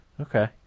Okay